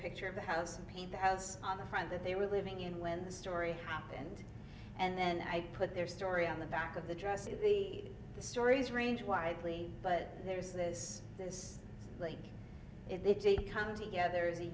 picture of the house and paint the house on the front that they were living in when the story happened and then i put their story on the back of the dress to be the stories range widely but there was this this late in the day come together